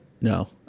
no